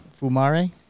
Fumare